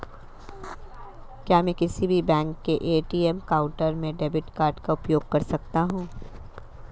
क्या मैं किसी भी बैंक के ए.टी.एम काउंटर में डेबिट कार्ड का उपयोग कर सकता हूं?